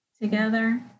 together